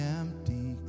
empty